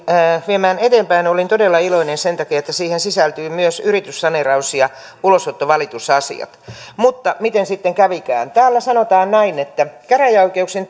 viemään eteenpäin olin todella iloinen sen takia että siihen sisältyy myös yrityssaneeraus ja ulosottovalitusasiat mutta miten sitten kävikään täällä sanotaan näin että käräjäoikeuksien